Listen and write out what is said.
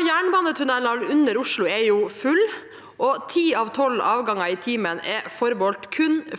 Jernbane- tunnelen under Oslo er full. Ti av tolv avganger i timen er forbeholdt